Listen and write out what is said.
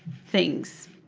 things.